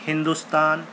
Hindustan